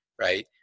right